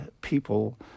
people